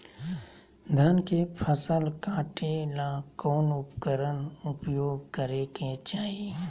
धान के फसल काटे ला कौन उपकरण उपयोग करे के चाही?